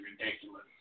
ridiculous